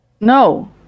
No